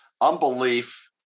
Unbelief